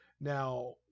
Now